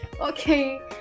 Okay